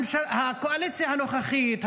הקואליציה הנוכחית,